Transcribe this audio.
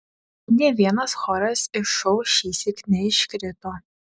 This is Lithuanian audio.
nė vienas choras iš šou šįsyk neiškrito